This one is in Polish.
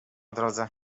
drodze